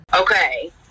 okay